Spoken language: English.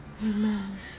Amen